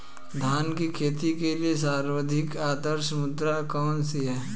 धान की खेती के लिए सर्वाधिक आदर्श मृदा कौन सी है?